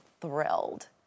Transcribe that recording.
thrilled